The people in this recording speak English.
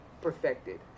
perfected